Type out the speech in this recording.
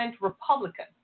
Republican